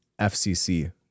FCC